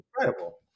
incredible